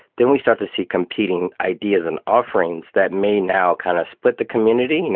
then we start to see competing ideas and offerings that may now kind of split the community. and